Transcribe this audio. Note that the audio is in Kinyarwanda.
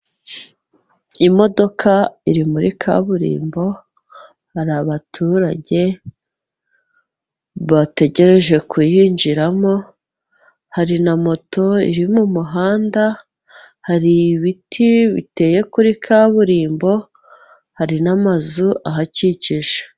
Imodoka iri muri kaburimbo hari abaturage bategereje kuyinjiramo hari na moto iri mu muhanda hari ibiti biteye kuri kaburimbo hari n'amazu ahakikije.